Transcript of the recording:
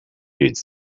reads